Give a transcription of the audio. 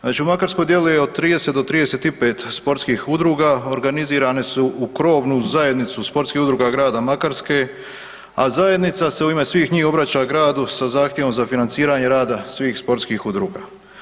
Znači u Makarskoj djeluje od 30 do 35 sportskih udruga, organizirane su u krovnu Zajednicu sportskih udruga grada Makarske, a zajednica se u ime svih njih obraća gradu sa zahtjevom za financiranje rada svih sportskih udruga.